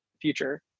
future